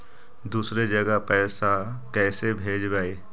दुसरे जगह पैसा कैसे भेजबै?